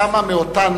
כמה מאותן